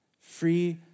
Free